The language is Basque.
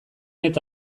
eta